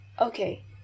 okay